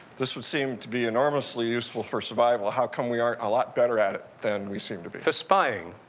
this would seem to be enormously useful for survival, how come we aren't a lot better at it than we seem to be? sheldrake for spying?